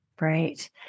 Right